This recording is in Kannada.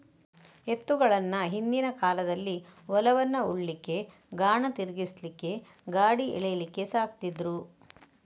ಎತ್ತುಗಳನ್ನ ಹಿಂದಿನ ಕಾಲದಲ್ಲಿ ಹೊಲವನ್ನ ಉಳ್ಲಿಕ್ಕೆ, ಗಾಣ ತಿರ್ಗಿಸ್ಲಿಕ್ಕೆ, ಗಾಡಿ ಎಳೀಲಿಕ್ಕೆ ಸಾಕ್ತಿದ್ರು